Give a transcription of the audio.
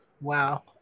wow